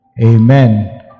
Amen